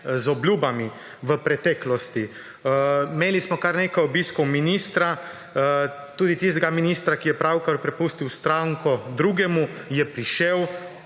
z obljubami v preteklosti. Imeli smo kar nekaj obiskov ministra, tudi tistega ministra, ki je pravkar prepustil stranko drugemu, je prišel